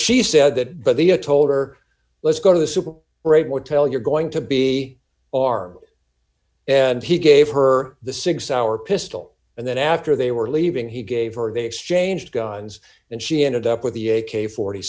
she said that but the a told her let's go to the super right motel you're going to be armed and he gave her the six hour pistol and then after they were leaving he gave her they exchanged guns and she ended up with the a k forty